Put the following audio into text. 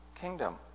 kingdom